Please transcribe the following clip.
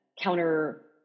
counter